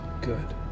Good